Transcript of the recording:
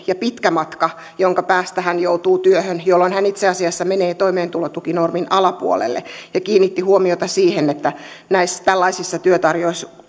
ja pitkä matka jonka päähän hän joutuu työhön jolloin hän itse asiassa menee toimeentulotukinormin alapuolelle ja kiinnitti huomiota siihen että tällaisissa työtarjouksissa